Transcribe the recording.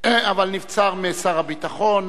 הצעת חוק הביטוח הלאומי (תיקון מס'